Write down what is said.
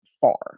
far